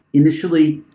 initially,